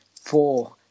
four